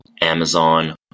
Amazon